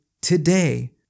today